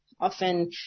often